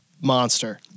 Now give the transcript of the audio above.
Monster